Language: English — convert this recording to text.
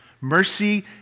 Mercy